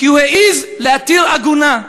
כי העז להתיר עגונה.